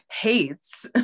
hates